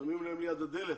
מאחורי הדלת.